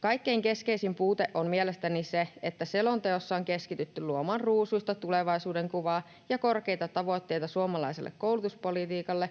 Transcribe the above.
Kaikkein keskeisin puute on mielestäni se, että selonteossa on keskitytty luomaan ruusuista tulevaisuudenkuvaa ja korkeita tavoitteita suomalaiselle koulutuspolitiikalle